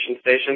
Station